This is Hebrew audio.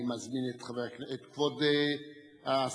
אני מזמין את כבוד השר,